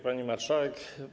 Pani Marszałek!